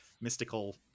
mystical